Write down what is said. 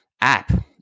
app